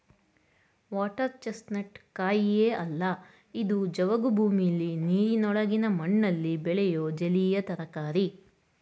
water chestnut ಕಾಯಿಯೇ ಅಲ್ಲ ಇದು ಜವುಗು ಭೂಮಿಲಿ ನೀರಿನೊಳಗಿನ ಮಣ್ಣಲ್ಲಿ ಬೆಳೆಯೋ ಜಲೀಯ ತರಕಾರಿ